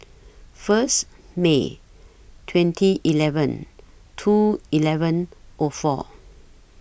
First May twenty eleven two eleven O four